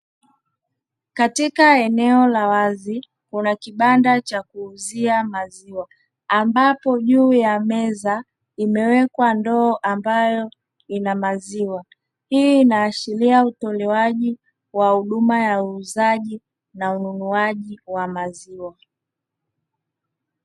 Katika eneo la wazi kuna kibanda cha kuuzia maziwa ambapo juu ya meza imewekwa ndoo ambayo ina maziwa. Hii inaashiria utolewaji wa huduma ya uuzaji na ununuaji wa maziwa.